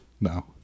No